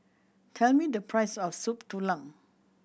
tell me the price of Soup Tulang